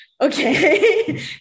okay